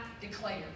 declare